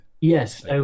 Yes